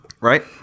Right